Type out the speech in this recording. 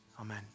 Amen